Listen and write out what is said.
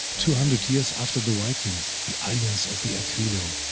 two hundred years after the vikings, the islands of the aquilo,